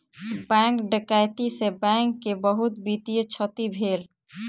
bank डकैती से bank के बहुत वित्तीय क्षति भेल